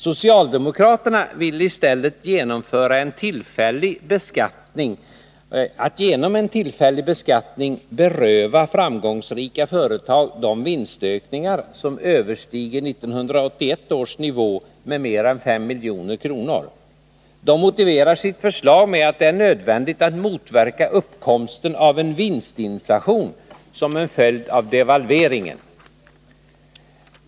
Socialdemokraterna vill i stället genom en tillfällig beskattning beröva framgångsrika företag de vinstökningar som överstiger 1981 års nivå med mer än 5 milj.kr. De motiverar sitt förslag med att det är nödvändigt att motverka uppkomsten av en vinstinflation som en följd av devalveringen.